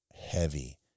Heavy